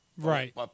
Right